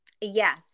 Yes